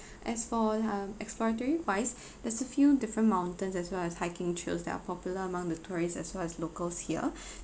as for um exploratory wise there's a few different mountains as well as hiking trails that are popular among the tourists as well as locals here